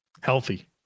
Healthy